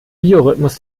biorhythmus